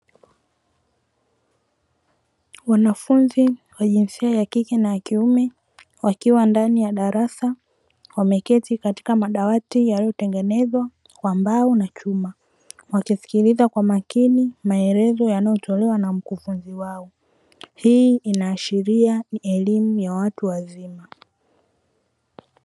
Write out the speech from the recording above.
Wanafunzi wa jinsia ya kike na kiume wakiwa ndani ya darasa wameketi katika madawati yaliyotengenezwa kwa mbao na chuma wakisikiliza kwa makini maelezo yanayotolewa na mkufunzi wao, hii inaashiria ni elimu ya watu wazima.